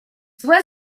złe